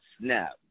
snap